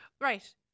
Right